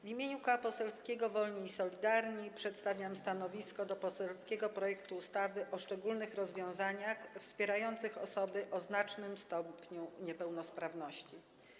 W imieniu Koła Poselskiego Wolni i Solidarni przedstawiam stanowisko odnośnie do poselskiego projektu ustawy o szczególnych rozwiązaniach wspierających osoby o znacznym stopniu niepełnosprawności.